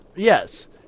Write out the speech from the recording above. Yes